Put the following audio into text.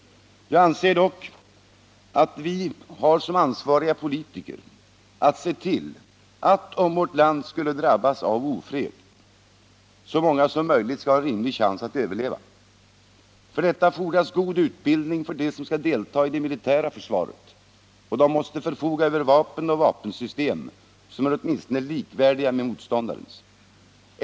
Jag anser dock att vi som ansvariga politiker har att se till att om vårt land skulle drabbas av ofred skall så många som möjligt ha en rimlig chans att överleva. För detta fordras god utbildning för dem som skall delta i det militära försvaret, och de måste förfoga över vapen och vapensystem som är åtminstone likvärdiga med motståndarens.